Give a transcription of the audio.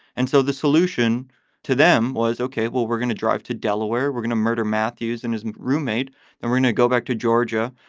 and so the solution to them was, ok, well, we're gonna drive to delaware, we're gonna murder matthews and his roommate and we're gonna go back to georgia.